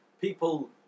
people